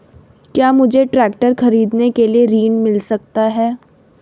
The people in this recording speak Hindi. क्या मुझे ट्रैक्टर खरीदने के लिए ऋण मिल सकता है?